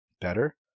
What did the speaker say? better